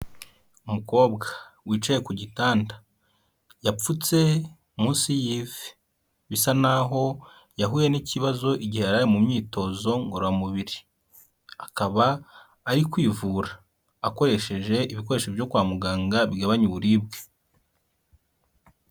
Umukobwa wicaye ku gitanda, yapfutse munsi y'ivi. Bisa n'aho yahuye n'ikibazo igihe yari ari mu myitozo ngororamubiri. Akaba ari kwivura, akoresheje ibikoresho byo kwa muganga bigabanya uburibwe.